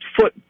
foot